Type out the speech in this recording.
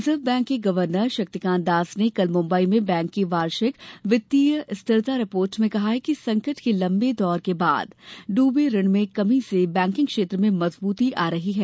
reserve bank के governor Shaktikanta Das ने कल मुम्बई में बैंक की वार्षिक वित्तीय स्थिरता रिपोर्ट में कहा कि संकट के लम्बे दौर के बाद डूबे ऋण में कमी से बैंकिंग क्षेत्र में मजबूती आ रही है